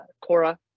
Cora